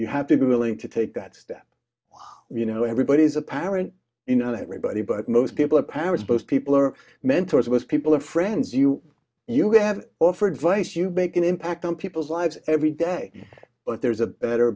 you have to be willing to take that step you know everybody's a parent you know everybody but most people are parents both people are mentors was people are friends you you have offered advice you make an impact on people's lives every day but there's a better